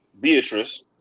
Beatrice